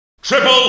Triple